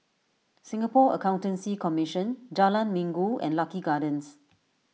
Singapore Accountancy Commission Jalan Minggu and Lucky Gardens